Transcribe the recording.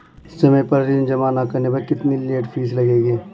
समय पर ऋण जमा न करने पर कितनी लेट फीस लगेगी?